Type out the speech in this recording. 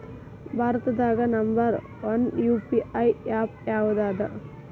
ಭಾರತದಾಗ number one UPI app ಯಾವದದ